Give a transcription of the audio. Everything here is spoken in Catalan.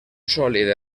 sòlid